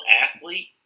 athlete